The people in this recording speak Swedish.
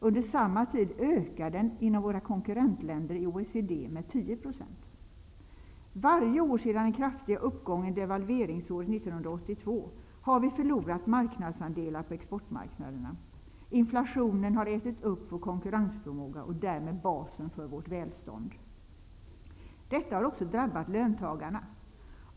Under samma tid ökade den inom våra konkurrentländer inom Varje år sedan den kraftiga uppgången devalverignsåret 1992 har vi förlorat marknadsandelar på exportmarknaderna. Inflationen har ätit upp vår konkurrensförmåga och därmed även basen för vårt välstånd. Detta har också drabbat löntagarna.